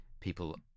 people